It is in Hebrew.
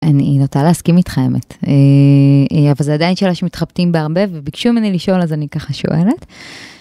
אני נוטה להסכים איתך אמת, אבל זה עדיין שאלה שמתחבטים בה הרבה וביקשו ממני לשאול אז אני ככה שואלת.